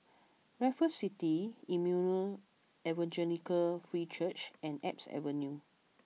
Raffles City Emmanuel Evangelical Free Church and Alps Avenue